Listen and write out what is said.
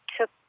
took